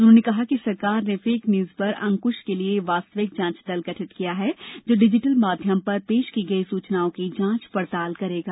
उन्होंने कहा कि सरकार ने फेक न्यूज पर अंकुश के लिए वास्तविक जांच दल गठित की है जो डिजिटल माध्यम पर पेश की गई सूचनाओं की जांच पड़ताल करेगा